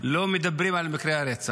לא מדברים על מקרי הרצח.